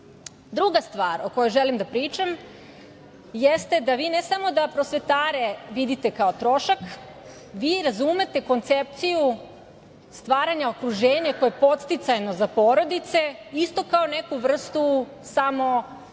bolje. Druga stvar o kojoj želim da pričam jeste da vi ne samo da prosvetare vidite kao trošak, vi razumete koncepciju stvaranja okruženja koje je podsticajno za porodice isto kao neku vrstu samousluge,